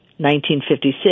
1956